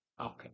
Okay